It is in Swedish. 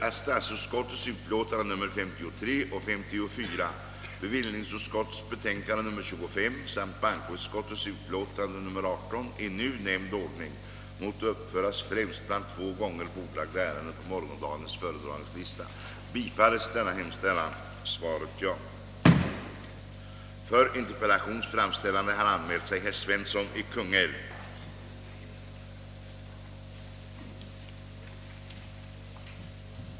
Detta skapar givetvis stora finansieringssvårigheter, framför allt där inflyttningen uppgår till omkring 10 procent och däröver av befolkningsunderlaget.